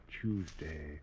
Tuesday